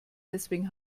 deswegen